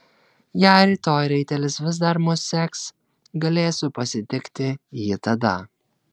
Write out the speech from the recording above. jei rytoj raitelis vis dar mus seks galėsiu pasitikti jį tada